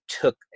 took